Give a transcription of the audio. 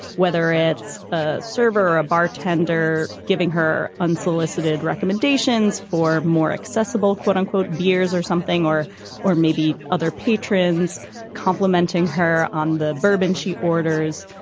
whether it's ah server or a bartender, giving her unsolicited recommendations for more accessible, quote unquote, beers or something, or or maybe other patrons complimenting her on the bourbon she orders.